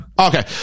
okay